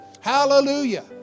hallelujah